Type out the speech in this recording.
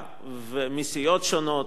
מסיעות שונות.